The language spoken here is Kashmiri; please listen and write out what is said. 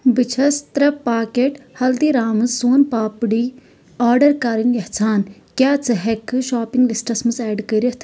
بہٕ چھَس ترٛےٚ پاکٮ۪ٹ ہلدیٖرامز سون پاپڈی آرڈر کرٕنۍ یژھان، کیٛاہ ژٕ ہٮ۪کہٕ شاپنگ لسٹَس منٛز ایڈ کٔرِتھ